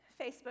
Facebook